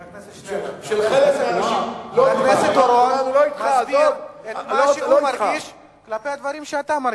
חבר הכנסת אומר מה שהוא מרגיש כלפי הדברים שאתה מרגיש.